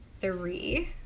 three